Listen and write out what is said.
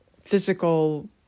physical